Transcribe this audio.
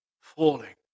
Falling